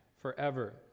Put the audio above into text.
forever